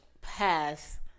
Pass